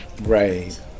Right